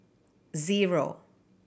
zero